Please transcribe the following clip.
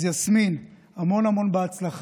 אז יסמין, המון המון הצלחה.